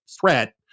threat